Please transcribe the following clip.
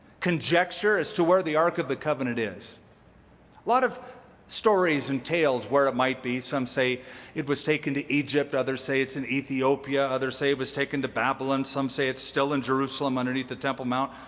conjecture as to where the ark of the covenant is, a lot of stories and tales where it might be. some say it was taken to egypt, others say it's in ethiopia, others say it was taken to babylon, some say it's still in jerusalem underneath the temple mount.